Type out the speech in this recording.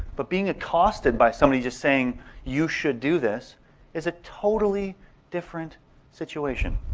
but being accosted by somebody just saying you should do this is a totally different situation.